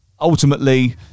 ultimately